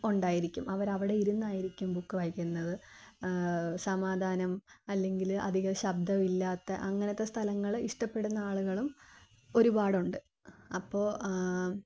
ഉണ്ടായിരിക്കും അവരവിടെ ഇരുന്നായിരിക്കും ബുക്ക് വായിക്കുന്നത് സമാധാനം അല്ലെങ്കിൽ അധികം ശബ്ദമില്ലാത്ത അങ്ങനത്തെ സ്ഥലങ്ങൾ ഇഷ്ടപ്പെടുന്ന ആളുകളും ഒരുപാടുണ്ട് അപ്പോൾ